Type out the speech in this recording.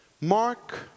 Mark